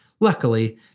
Luckily